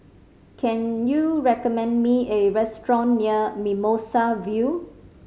can you recommend me a restaurant near Mimosa View